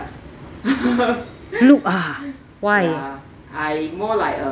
look ah why